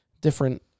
different